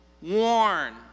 warn